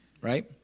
right